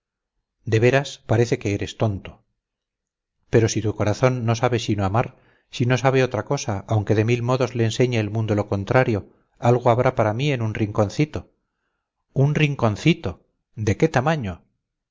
de veras parece que eres tonto pero si tu corazón no sabe sino amar si no sabe otra cosa aunque de mil modos le enseñe el mundo lo contrario algo habrá para mí en un rinconcito un rinconcito de qué tamaño